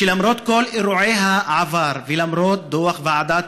שלמרות כל אירועי העבר ולמרות דוח ועדת